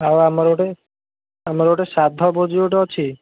ଆଉ ଆମର ଗୋଟେ ଆମର ଗୋଟେ ଶ୍ରାଦ୍ଧ ଭୋଜି ଗୋଟେ ଅଛି